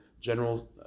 general